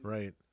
Right